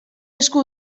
esku